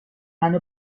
منو